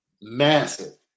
massive